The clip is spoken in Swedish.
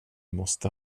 måste